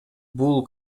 бул